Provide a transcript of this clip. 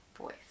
voice